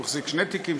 הוא החזיק שני תיקים,